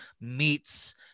meets